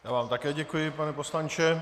Já vám také děkuji, pane poslanče.